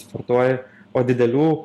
sportuoji o didelių